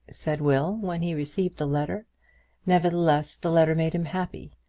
said will, when he received the letter nevertheless the letter made him happy,